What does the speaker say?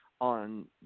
on